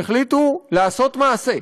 שהחליטו לעשות מעשה,